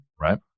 right